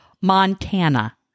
Montana